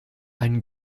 einen